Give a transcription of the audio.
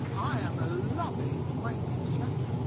i am ah loving quintin's jacket.